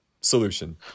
solution